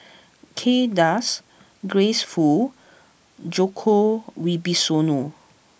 Kay Das Grace Fu Djoko Wibisono